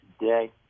today